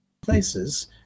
places